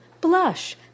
blush